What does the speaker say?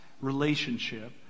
relationship